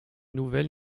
nouvelles